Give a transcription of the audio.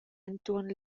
entuorn